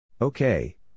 Okay